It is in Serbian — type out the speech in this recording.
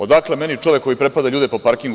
Odakle meni čovek koji prepada ljude po parkingu?